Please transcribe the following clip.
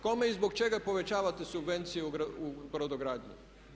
Kome i zbog čega povećavate subvenciju u brodogradnji?